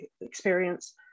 experience